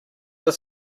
this